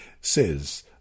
says